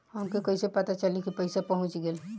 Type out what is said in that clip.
हमके कईसे पता चली कि पैसा पहुच गेल?